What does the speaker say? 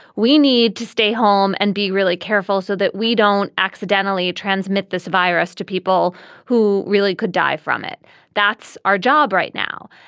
we need to stay home and be really careful so that we don't accidentally transmit this virus to people who really could die from it that's our job right now.